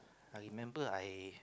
I remember I